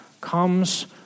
comes